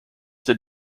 did